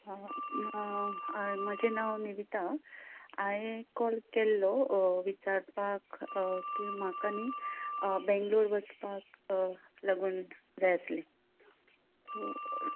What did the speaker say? हा म्हा आ म्हाजें नांव निविता हांवें कॉल केल्लो विचारपाक की म्हाका न्ही बँगलोर वसपाक लागून जाय आसली तूं